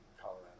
Colorado